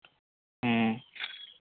ᱦᱮᱸ